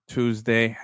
tuesday